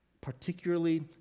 particularly